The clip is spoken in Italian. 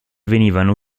venivano